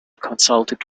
consulted